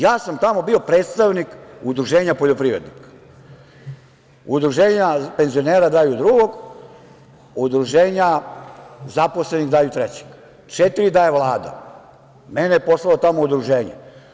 Ja sam tamo bio predstavnik udruženja poljoprivrednika, udruženja penzionera daju drugog, udruženja zaposlenih daju trećeg, četiri daje Vlada, mene je poslalo tamo udruženje.